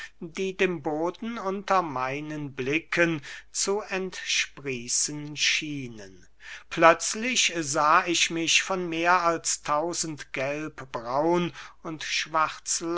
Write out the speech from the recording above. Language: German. die dem boden unter meinen blicken zu entsprießen schienen plötzlich sah ich mich von mehr als tausend gelb braun und